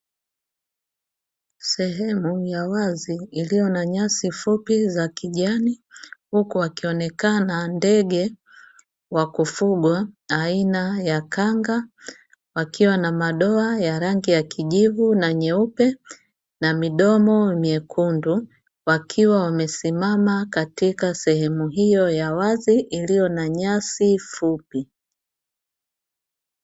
Sehemu ya wazi iliyo na nyasi fupi za kijani, huku wakionekana ndege wa kufugwa aina ya kanga wakiwa na madoa ya rangi ya kijivu na nyeupe na midomo myekundu; wakiwa wamesimama katika sehemu hiyo ya wazi iliyo na nyasi fupi.